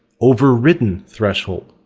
overridden threshold.